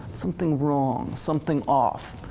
something wrong, something off.